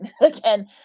again